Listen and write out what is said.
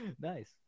nice